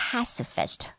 Pacifist